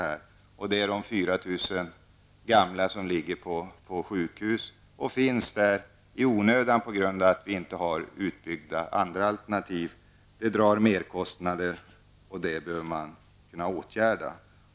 Det gäller de 4 000 gamla som i onödan ligger på sjukhus, på grund av att vi inte har andra alternativ utbyggda. Denna ordning skapar merkostnader, som man bör kunna åtgärda.